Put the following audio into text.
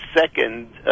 second